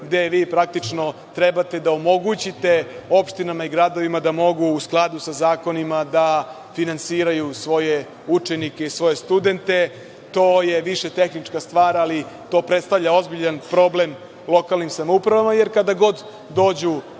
gde vi praktično trebate da omogućite opštinama i gradovima da mogu, u skladu sa zakonima, da finansiraju svoje učenike i svoje studente. To je više tehnička stvar, ali to predstavlja ozbiljan problem lokalnim samoupravama, jer kada god dođu